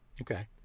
Okay